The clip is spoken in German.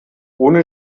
ohne